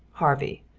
harvey.